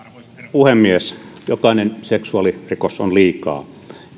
puhemies jokainen seksuaalirikos on liikaa